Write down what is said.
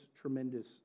tremendous